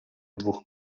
dwóch